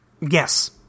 Yes